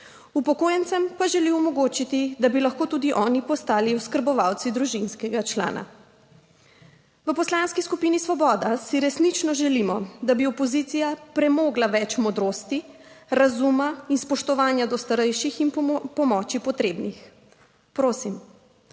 Upokojencem pa želi omogočiti, da bi lahko tudi oni postali oskrbovalci družinskega člana. V Poslanski skupini Svoboda si resnično želimo, da bi opozicija premogla več modrosti, razuma in spoštovanja do starejših in pomoči potrebnih - prosim.